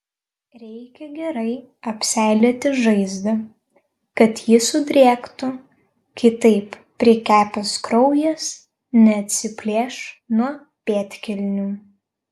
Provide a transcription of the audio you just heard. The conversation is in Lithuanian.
reikia gerai apseilėti žaizdą kad ji sudrėktų kitaip prikepęs kraujas neatsiplėš nuo pėdkelnių